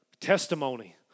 Testimony